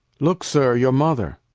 look, sir, your mother!